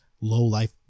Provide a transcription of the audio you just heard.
low-life